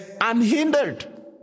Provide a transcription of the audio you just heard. unhindered